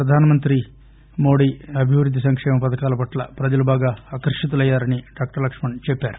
ప్రధానమంత్రి మోదీ అభివృద్ది సంకేమ పథకాల పట్ల ప్రజలు బాగా ఆకర్షితులయ్యారని డాక్టర్ లక్ష్మణ్ చెప్పారు